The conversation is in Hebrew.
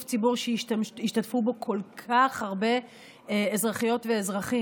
ציבור שהשתתפו בו כל כך הרבה אזרחיות ואזרחים.